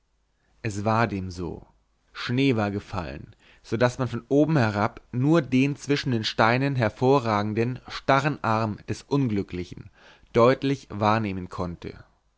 es war dem so schnee war gefallen so daß man von oben herab nur den zwischen den steinen hervorragenden starren arm des unglücklichen deutlich wahrnehmen konnte